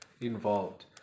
involved